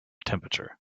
temperature